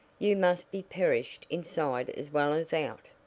you must be perished inside as well as out.